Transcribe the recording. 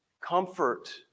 Comfort